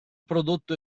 prodotto